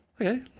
Okay